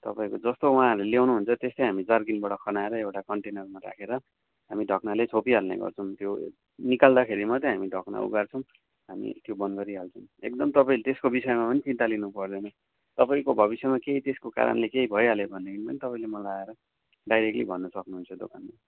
तपाईँको जस्तो वहाँहरूले ल्याउनुहुन्छ त्यस्तै हामी जार्किनबाट खनाएर एउटा कन्टेनरमा राखेर हामी ढक्नाले छोपिहाल्ने गर्छौँ त्यो निकाल्दाखेरि मात्रै हामी ढक्ना उगार छौँ हामी त्यो बन्द गरिहाल्छुौँ एकदम तपाईँ त्यसको विषयमा पनि चिन्ता लिनुपर्दैन तपाईँको भविष्यमा केही त्यसको कारणले केही भइहाल्यो भनेदेखि पनि तपाईँले मलाई आएर डाइरेक्टली आएर भन्नसक्नुहुन्छ दोकानमा